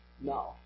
No